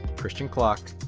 christian kloc,